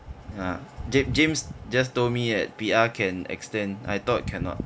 ah james james just told me that P_R can extend I thought cannot